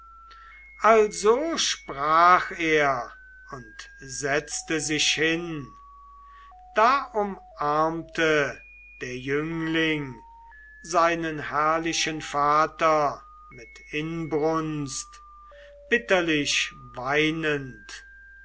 also sprach er und setzte sich hin da umarmte der jüngling seinen herrlichen vater mit inbrunst bitterlich weinend